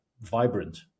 vibrant